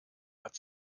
hat